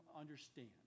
understand